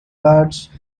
guards